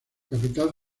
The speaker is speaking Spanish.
capital